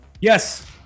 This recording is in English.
yes